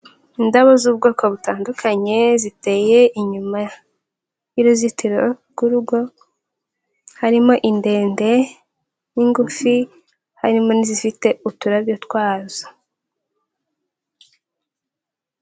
Indabo z'ubwoko butandukanye ziteye inyuma y'uruzitiro rw'urugo, harimo indende n'ingufi, harimo n'izifite uturabyo twazo.